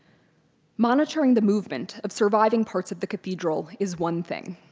monitoring the movement of surviving parts of the cathedral is one thing,